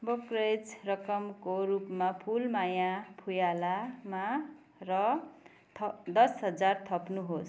brokerage रकमको रूपमा फुलमाया फुँयालामा र थ दस हजार थप्नुहोस्